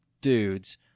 dudes